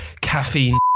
caffeine